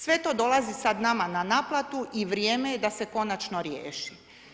Sve to dolazi sad nama na naplatu i vrijeme je da se konačno riješi.